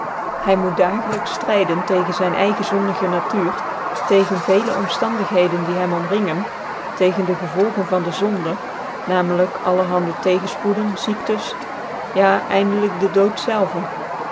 hy moet dagelyks ftryden tegen zyn eigen zondige natuur tegens vcclc omftandigheden die hem omringen tegens de gevolgen van de zonden namcntlyk allerhande tegenfpoeden zicktens ja cindclyk dc dood zelve